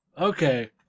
Okay